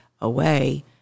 away